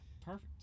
perfect